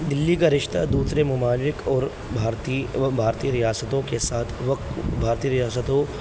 دلی کا رشتہ دوسرے مماالک اور بھارتی و بھارتیہ ریاستوں کے ساتھ وقت بھارتیہ ریاستوں